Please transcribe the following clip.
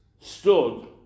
stood